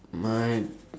my